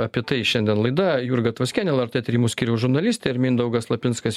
apie tai šiandien laida jurga tvaskienė lrt tyrimų skyriaus žurnalistė ir mindaugas lapinskas